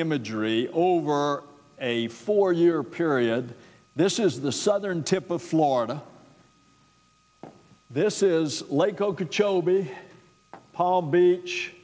imagery over a four year period this is the southern tip of florida this is lake okeechobee palm beach